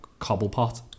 Cobblepot